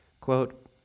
Quote